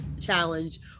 challenge